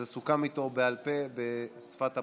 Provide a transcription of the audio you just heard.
זה סוכם איתו בעל פה בשפת הפנטומימה.